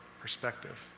perspective